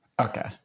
Okay